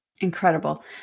Incredible